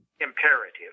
imperative